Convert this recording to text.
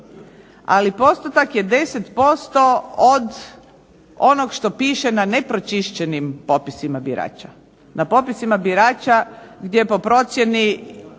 ali postotak je 10% od onog što piše na nepročišćenim popisima birača. Na popisima birača gdje po procjeni